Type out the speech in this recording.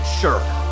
sure